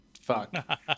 fuck